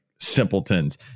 simpletons